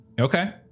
Okay